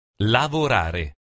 Lavorare